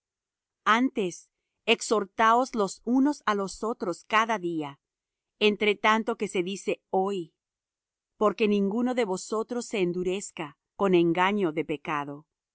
antes exhortaos los unos á los otros cada día entre tanto que se dice hoy porque ninguno de vosotros se endurezca con engaño de pecado